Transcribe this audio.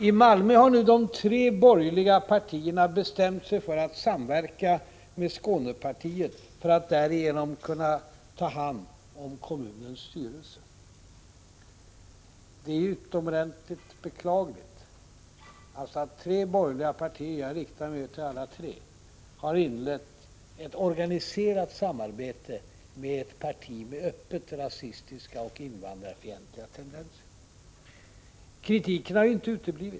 I Malmö har nu de tre borgerliga partierna bestämt sig för att samverka med Skånepartiet för att därigenom kunna ta hand om kommunens styrelse. Det är utomordentligt beklagligt att tre borgerliga partier — jag riktar mig nu alltså till alla tre — har inlett ett organiserat samarbete med ett parti med öppet rasistiska och invandrarfientliga tendenser. Kritiken har inte uteblivit.